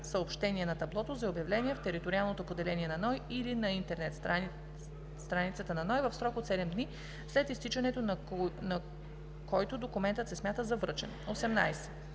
съобщение на таблото за обявления в териториалното поделение на НОИ или на интернет страницата на НОИ за срок от 7 дни, след изтичането на който документът се смята за връчен.“